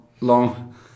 long